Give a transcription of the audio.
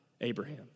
Abraham